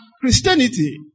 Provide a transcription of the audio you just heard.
Christianity